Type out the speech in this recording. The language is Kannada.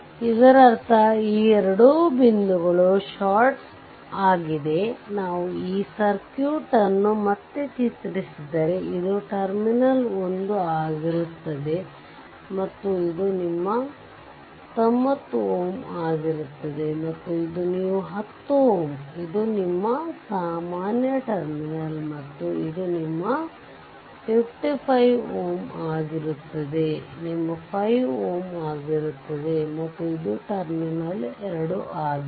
ಇದರರ್ಥ ಈ ಎರಡು ಬಿಂದುಗಳು ಷಾರ್ಟ್ ಆಗಿದೆ ನಾವು ಈ ಸರ್ಕ್ಯೂಟ್ ಅನ್ನು ಮತ್ತೆ ಚಿತ್ರಿಸಿದರೆ ಇದು ಟರ್ಮಿನಲ್ 1 ಆಗಿರುತ್ತದೆ ಮತ್ತು ಇದು ನಿಮ್ಮ 90 ಆಗಿರುತ್ತದೆ ಮತ್ತು ಇದು ನೀವು 10 Ω ಇದು ನಿಮ್ಮ ಸಾಮಾನ್ಯ ಟರ್ಮಿನಲ್ ಮತ್ತು ಇದು ನಿಮ್ಮ 55 Ω ಆಗಿರುತ್ತದೆ ನಿಮ್ಮ 5 Ω ಆಗಿರುತ್ತದೆ ಮತ್ತು ಇದು ಟರ್ಮಿನಲ್ 2 ಆಗಿದೆ